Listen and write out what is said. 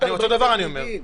אותו דבר אני אומר.